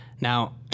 Now